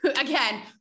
again